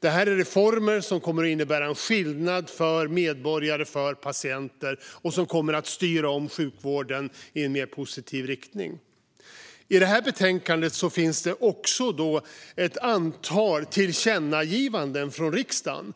Detta är reformer som kommer att innebära skillnad för medborgare - för patienter - och som kommer att styra om sjukvården i en mer positiv riktning. I detta betänkande finns också förslag till ett antal tillkännagivanden från riksdagen.